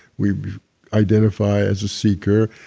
we identify as a seeker,